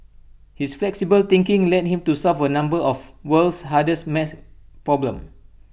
his flexible thinking led him to solve A number of world's hardest math problems